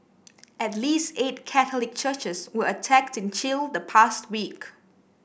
at least eight Catholic churches were attacked in Chile the past week